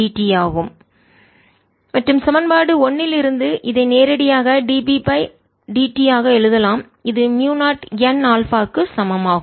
πs2 dBdt0ndIdt மற்றும் சமன்பாடு 1 இலிருந்து இதை நேரடியாக dBdt ஆக எழுதலாம் இது மியூ0 n ஆல்பா க்கு சமம் ஆகும்